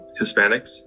Hispanics